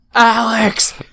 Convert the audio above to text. alex